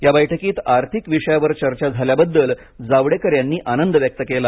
या बैठकीत आर्थिक विषयावर चर्चा झाल्याबद्दल जावडेकर यांनी आनंद व्यक्त केला